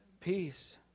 peace